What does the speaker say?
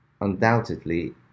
Undoubtedly